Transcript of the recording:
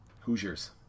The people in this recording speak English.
Hoosiers